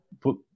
put